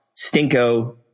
Stinko